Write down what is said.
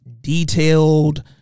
detailed